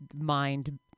mind